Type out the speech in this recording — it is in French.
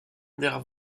der